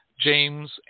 James